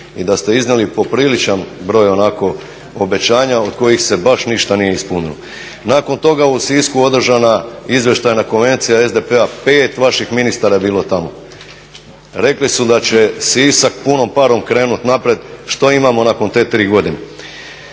i da ste iznijeli popriličan broj onako obećanja od kojih se baš ništa nije ispunilo. Nakon toga u Sisku je održana izvještajna konvencija SDP-a, 5 vaših ministara je bilo tamo. Rekli su da će Sisak punom parom krenuti naprijed. Što imamo nakon te 3 godine?